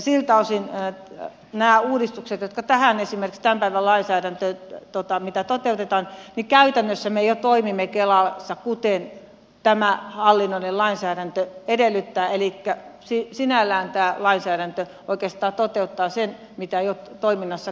siltä osin näissä uudistuksissa esimerkiksi tämän päivän lainsäädännössä mitä toteutetaan käytännössä me jo toimimme kelassa kuten tämä hallinnollinen lainsäädäntö edellyttää elikkä sinällään tämä lainsäädäntö oikeastaan toteuttaa sen mitä jo toiminnassaan kela toteuttaa